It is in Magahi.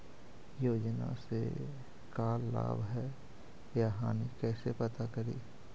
योजना से का लाभ है या हानि कैसे पता करी?